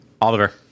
Oliver